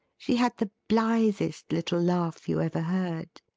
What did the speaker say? she had the blithest little laugh you ever heard.